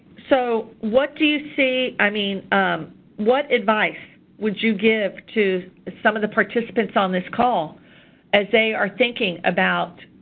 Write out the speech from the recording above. so what do you see, i mean what advice would you give to some of the participants on this call as they are thinking about,